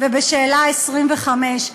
ובשאלה 25: